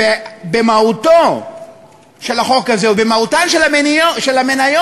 שבמהותו של החוק הזה, או במהותן של המניות,